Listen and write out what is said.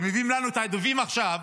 כשמביאים לנו את העודפים עכשיו,